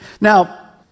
Now